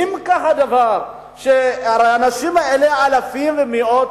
ואם כך הדבר, הרי האנשים האלה, אלפים ומאות,